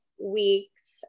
weeks